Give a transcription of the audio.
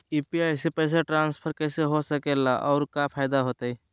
UPI से पैसा transfer कैसे हो सके ला और का फायदा होएत?